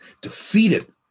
defeated